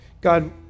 God